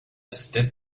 stiff